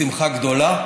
בשמחה גדולה.